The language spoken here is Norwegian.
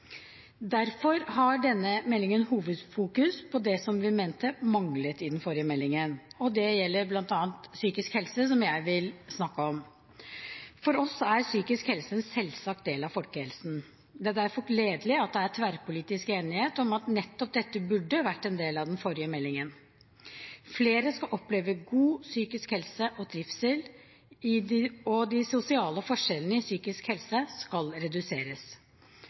Derfor har denne meldingen hovedfokus på det som vi mente manglet i den forrige meldingen. Dette gjelder bl.a. psykisk helse, som jeg vil snakke om. For oss er psykisk helse en selvsagt del av folkehelsen. Det er derfor gledelig at det er tverrpolitisk enighet om at nettopp dette burde vært en del av den forrige meldingen. Flere skal oppleve god psykisk helse og trivsel, og de sosiale forskjellene i psykisk helse skal reduseres.